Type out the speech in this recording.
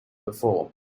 before